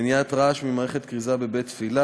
מניעת רעש ממערכת כריזה בבית-תפילה),